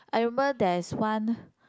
I remember there is one